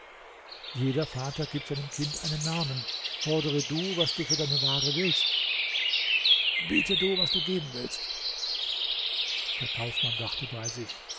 jeder vater gibt seinem kind einen namen fordere du was du für deine ware willst biete du was du geben willst der kaufmann dachte bei sich